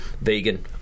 vegan